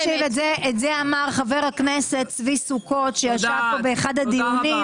את זה אמר חבר הכנסת צבי סוכות שישב כאן באחד הדיונים.